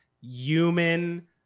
human